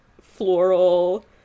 floral